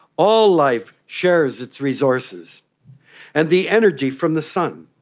all life shares its resources and the energy from the sun,